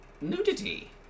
nudity